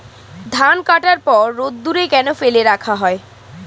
ধান কাটার পর রোদ্দুরে কেন ফেলে রাখা হয়?